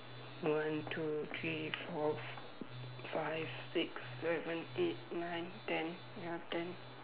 one two three four five six seven eight nine ten ya ten